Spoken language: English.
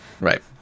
right